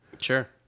Sure